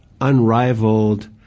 unrivaled